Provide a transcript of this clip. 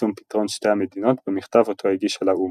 ליישום "פתרון שתי מדינות" במכתב אותו הגישה לאו"ם.